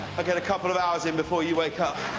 i get a couple of hours in before you wake ah